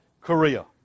Korea